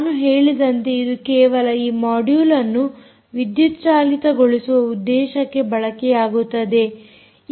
ನಾನು ಹೇಳಿದಂತೆ ಇದು ಕೇವಲ ಈ ಮೊಡ್ಯುಲ್ಅನ್ನು ವಿದ್ಯುತ್ ಚಾಲಿತಗೊಳಿಸುವ ಉದ್ದೇಶಕ್ಕೆ ಬಳಕೆಯಾಗುತ್ತದೆ